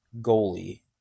goalie